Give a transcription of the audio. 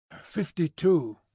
fifty-two